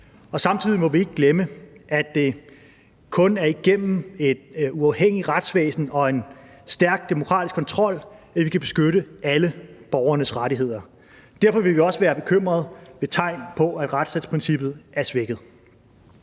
Og samtidig må vi ikke glemme, at det kun er igennem et uafhængigt retsvæsen og en stærk demokratisk kontrol, at vi kan beskytte alle borgernes rettigheder. Derfor vil vi også være bekymrede ved tegn på, at retsstatsprincippet er svækket.